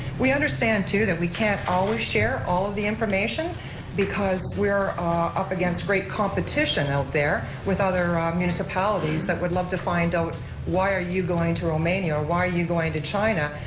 we understand, too, that we can't always share all of the information because we are up against great competition out there with other ah municipalities that would love to find out why are you going to romania, why are you going to china,